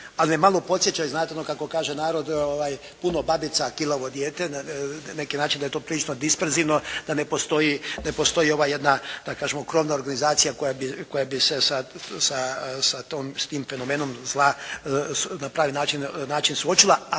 ali me malo podsjećaju znate, ono kako kaže narod, puno babica kilavo dijete, na neki način da je to prilično disperzivno, da ne postoji ova jedna da kažemo krovna organizacija koja bi se sa tom, sa tim fenomenom zla na pravi način suočila.